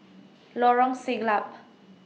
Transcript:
Lorong Siglap